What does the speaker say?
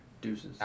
deuces